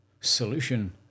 solution